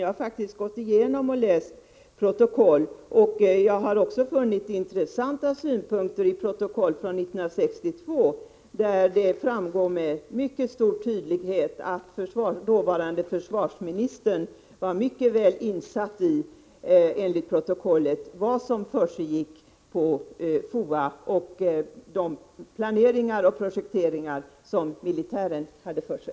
Jag har faktiskt gått igenom och läst protokoll och har också funnit intressanta synpunkter i protokoll från 1962. Det framgår med mycket stor tydlighet att den dåvarande försvarsministern var mycket väl insatt i vad som försiggick på FOA och i de planeringar och projekteringar som militären hade för sig.